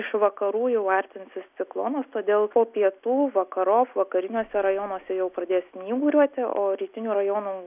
iš vakarų jau artinsis ciklonas todėl po pietų vakarop vakariniuose rajonuose jau pradės snyguriuoti o rytinių rajonų